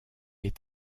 est